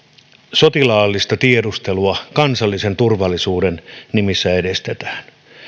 sotilaallista tiedustelua kansallisen turvallisuuden nimissä edistetään